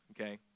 okay